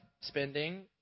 spending